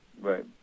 Right